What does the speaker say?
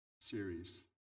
series